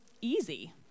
easy